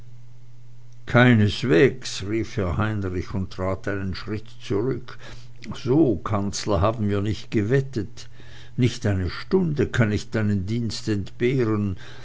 keineswegs rief herr heinrich und trat einen schritt zurück so kanzler haben wir nicht gewettet nicht eine stunde kann ich deinen dienst entbehren